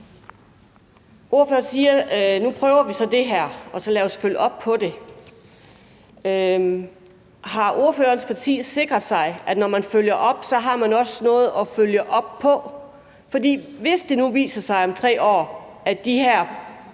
Ordføreren siger: Nu prøver vi så det her, og så lad os følge op på det. Har ordførerens parti sikret sig, når man følger op, at man så også har noget at følge op på? For hvis det nu viser sig om 3 år, at de her